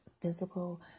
Physical